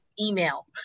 email